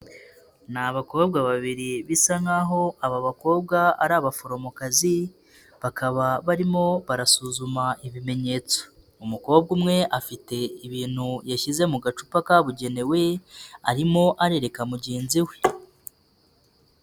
Ni abakobwa babiri bisa nk'aho aba bakobwa ari abaforomokazi bakaba barimo barasuzuma ibimenyetso, umukobwa umwe afite ibintu yashyize mu gacupa kabugenewe arimo arereka mugenzi we.